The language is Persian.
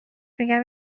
میگم